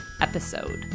episode